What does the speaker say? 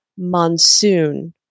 Monsoon